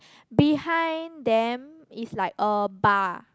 behind them is like a bar